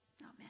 Amen